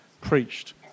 preached